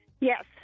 Yes